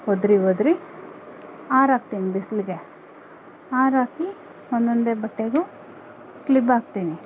ಒದರಿ ಒದರಿ ಆರಾಕ್ತೀನಿ ಬಿಸಿಲಿಗೆ ಆರಾಕಿ ಒಂದೊಂದೇ ಬಟ್ಟೆಗೂ ಕ್ಲಿಪಾಕ್ತೀನಿ